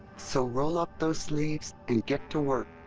so roll up those sleeves and get to work!